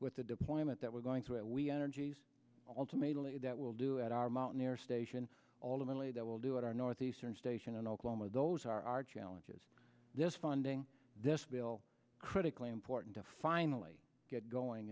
with the deployment that we're going through at we energies all to maidenly that will do at our mountain air station all of the way that will do it our northeastern station in oklahoma those are our challenges this funding this bill critically important to finally get going